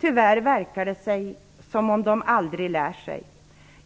Tyvärr verkar det som att de aldrig lär sig.